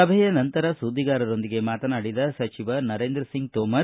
ಸಭೆಯ ನಂತರ ಸುದ್ದಿಗಾರರೊಂದಿಗೆ ಮಾತನಾಡಿದ ಸಚಿವ ನರೇಂದ್ರ ಸಿಂಗ್ ತೋಮರ್